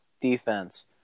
defense